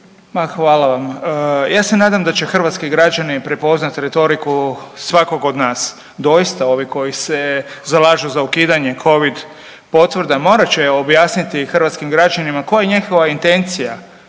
hvala vam. Ja se nadam da će hrvatski građani prepoznat retoriku svakog od nas. Doista ovi koji se zalažu za ukidanje covid potvrda morat će objasniti hrvatskim građanima koja je njihova intencija,